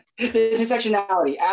intersectionality